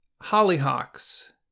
Hollyhocks